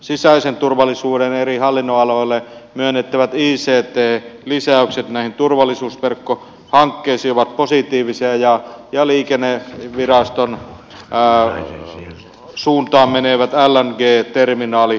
sisäisen turvallisuuden eri hallinnonaloille myönnettävät ict lisäykset näihin turvallisuusverkkohankkeisiin ovat positiivisia ja liikenneviraston suuntaan menevät lng terminaalirahat